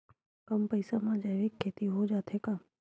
कम पईसा मा जैविक खेती हो जाथे का?